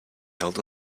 held